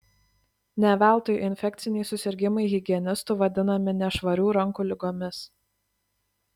ne veltui infekciniai susirgimai higienistų vadinami nešvarių rankų ligomis